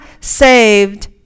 saved